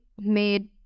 made